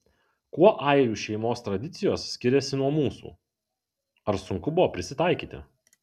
kuo airių šeimos tradicijos skiriasi nuo mūsų ar sunku buvo prisitaikyti